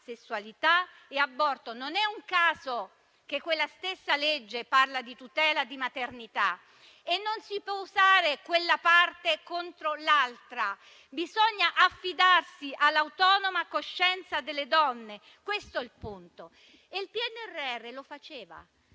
sessualità e aborto. Non è un caso che quella stessa legge parli di tutela della maternità e non si può usare quella parte contro l'altra. Bisogna affidarsi all'autonoma coscienza delle donne. Questo è il punto. Il PNRR lo faceva